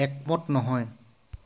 একমত নহয়